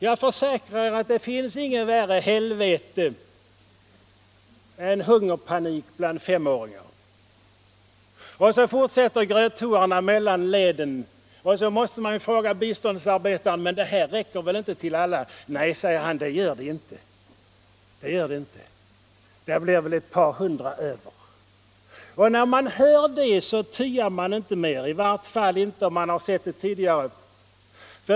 Jag försäkrar er att det inte finns något värre helvete än hungerpanik Gröthoarna passerar mellan leden. Utdelningen fortsätter. Jag frågar biståndsarbetaren, om gröten verkligen räcker till alla. ”Nej”, säger han, ”det gör den inte, det blir väl ett par hundra som blir utan.” När man hör det tyar man inte mer, i varje fall inte om man har sett det tidigare.